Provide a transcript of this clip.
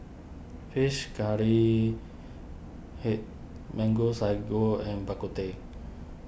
Fish Curry Head Mango Sago and Bak Kut Teh